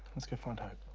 let's go find ah